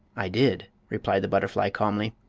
i did, replied the butterfly, calmly.